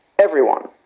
everyone,